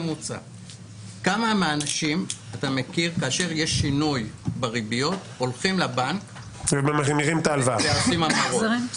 כמה מהאנשים שאתה מכיר הולכים לבנק ועושים המרות כאשר יש שינוי בריביות?